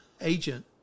agent